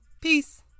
peace